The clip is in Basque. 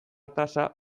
tasa